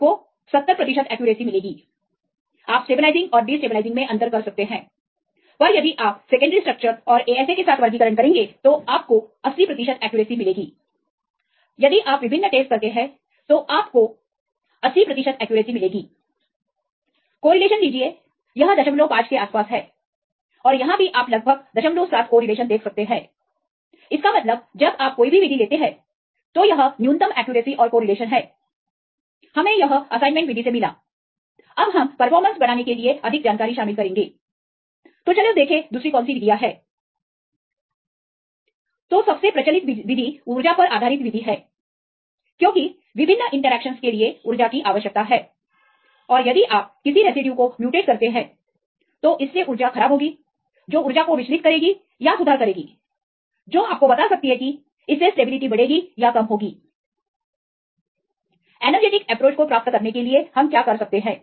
आपको 70 प्रतिशत एक्यूरेसी मिलेगी आप स्टेबलाइजिंग और डिस्टेबलाइजिंग मे अंतर कर सकते हैं पर यदि आप सेकेंडरी स्ट्रक्चर और ASA के साथ वर्गीकरण करेंगे तो आपको 80 प्रतिशत एक्यूरेसी मिलेगी यदि आप विभिन्न टेस्ट करते हैं तो आपको 80 प्रतिशत एक्यूरेसी मिलेगी कोरिलेशन लीजिए यह 05के आसपास है और यहां भी आप लगभग 07 कोरिलेशन देख सकते हैं इसका मतलब जब आप कोई भी विधि लेते हैं तो यह न्यूनतम एक्यूरेसी और कोरिलेशन है हमें यह असाइनमेंट विधि से मिला अब हम परफॉर्मेंस बढ़ाने के लिए अधिक जानकारी शामिल करेंगे तो चले देखे दूसरी कौन सी विधियां है तो सबसे प्रचलित विधि ऊर्जा पर आधारित विधि है क्योंकि विभिन्न इंटरेक्शनस के लिए ऊर्जा की आवश्यकता है और यदि आप किसी रेसिड्यू को म्यूटेट करते हैं तो इससे ऊर्जा खराब होगी जो ऊर्जा को विचलित करेगी या सुधार करेगी जो आपको बता सकती है कि इससे स्टेबिलिटी बढ़ेगी या कम होगी एनरजेटिक अप्रोच को प्राप्त करने के लिए हम क्या कर सकते हैं